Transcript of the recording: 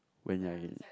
when you're in